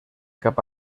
cap